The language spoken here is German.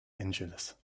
angeles